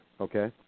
Okay